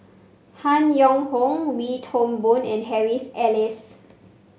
Han Yong Hong Wee Toon Boon and Harry Elias